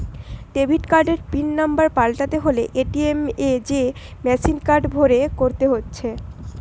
debit কার্ডের pin নম্বর পাল্টাতে হলে এ.টি.এম এ যেয়ে মেসিনে কার্ড ভরে করতে হচ্ছে